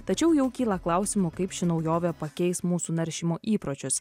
tačiau jau kyla klausimų kaip ši naujovė pakeis mūsų naršymo įpročius